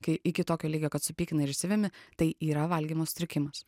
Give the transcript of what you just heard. kai iki tokio lygio kad supykina ir išsivemi tai yra valgymo sutrikimas